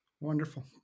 Wonderful